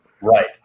Right